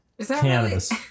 cannabis